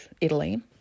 Italy